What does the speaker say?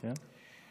כן.